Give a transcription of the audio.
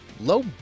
low